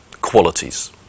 qualities